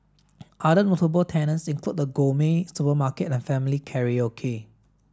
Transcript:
other notable tenants include a gourmet supermarket and family karaoke